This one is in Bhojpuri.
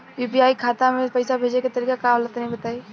यू.पी.आई खाता से पइसा भेजे के तरीका का होला तनि बताईं?